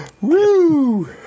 Woo